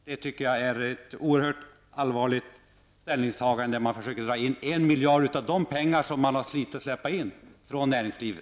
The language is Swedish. Jag tycker att det är ett oerhört allvarligt ställningstagande, att försöka dra undan en miljard av de pengar som man har slitit in från näringslivet.